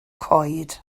coed